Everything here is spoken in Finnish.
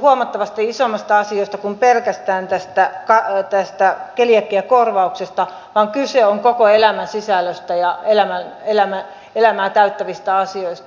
huomattavasti isommasta asiasta kuin pelkästään tästä kaali kestää keliä ja korvauksista keliakiakorvauksesta kyse on koko elämän sisällöstä ja elämää täyttävistä asioista